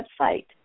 website